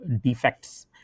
defects